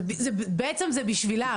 זה בעצם זה בשבילם,